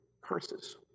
curses